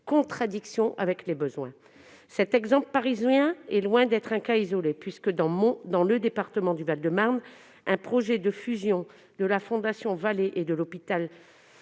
contradiction avec les besoins. Cet exemple parisien est loin d'être un cas isolé. Dans le département du Val-de-Marne, un projet de fusion de la Fondation Vallée et de l'hôpital